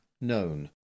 known